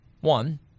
One